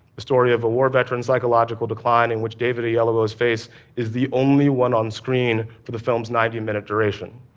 the story of a war veteran's psychological decline, in which david yeah oyelowo's face is the only one on screen for the film's ninety minute duration.